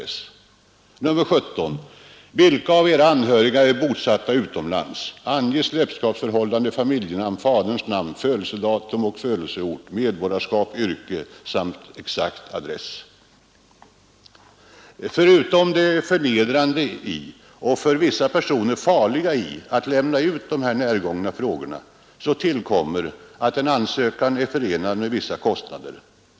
17. Vilka av era anhöriga är bosatta utomlands ? Förutom det förnedrande i — och för vissa personer farliga i — att lämna svar på dessa närgångna frågor tillkommer, att ansökan är förenad med vissa kostnader.